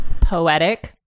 poetic